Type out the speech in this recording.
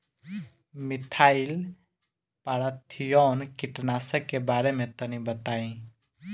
Methyl parathion कीटनाशक के बारे में तनि बताई?